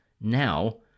now